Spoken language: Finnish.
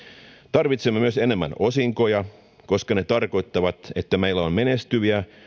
tarvitsemme myös enemmän osinkoja koska ne tarkoittavat että meillä on menestyviä